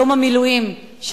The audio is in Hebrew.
יום המילואים,